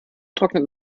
trocknet